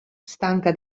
stanca